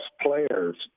players